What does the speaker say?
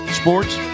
sports